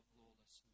lawless